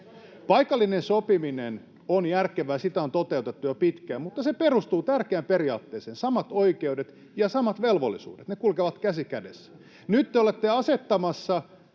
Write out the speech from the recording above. Paikallinen sopiminen on järkevää, ja sitä on toteutettu jo pitkään, mutta se perustuu tärkeään periaatteeseen: samat oikeudet ja samat velvollisuudet, ne kulkevat käsi kädessä. Nyt te olette asettamassa